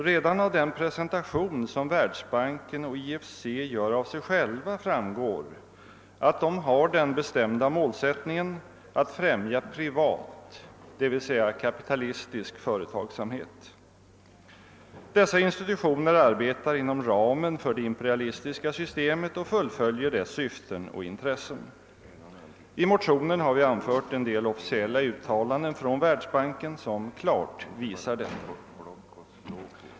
Redan av den presentation som världsbanken och IFC gör av sig själva framgår att de har den bestämda målsättningen att främja privat, dvs. kapitalistisk företagsamhet. Dessa institutioner arbetar inom ramen för det imperialistiska systemet och fullföljer dess syften och intressen. I våra likalydande motioner 1: 1359 och II:1577 har vi anfört en del officiella uttalanden från världsbanken som klart visar detta.